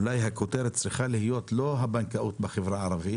אולי הכותרת צריכה להיות לא "הבנקאות בחברה הערבית"